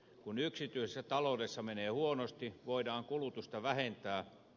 kun yksityisessä taloudessa menee huonosti voidaan kulutusta vähentää